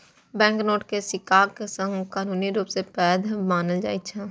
banknote कें सिक्काक संग कानूनी रूप सं वैध मानल जाइ छै